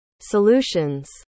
solutions